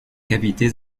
cavités